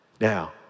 Now